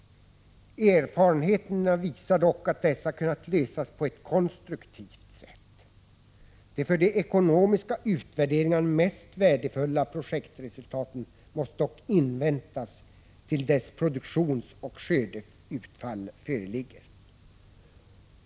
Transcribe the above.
Erfarenheterna visar dock att dessa kunnat lösas på ett konstruktivt sätt. De för de ekonomiska utvärderingarna mest värdefulla projektresultaten måste dock inväntas till dess produktionsoch skördeutfall föreligger.